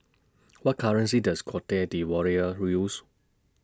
What currency Does Cote D'Ivoire use